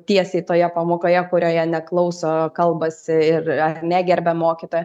tiesiai toje pamokoje kurioje neklauso kalbasi ir ar negerbia mokytojo